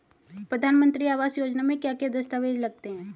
प्रधानमंत्री आवास योजना में क्या क्या दस्तावेज लगते हैं?